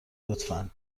لطفا